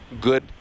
good